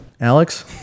Alex